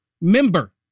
member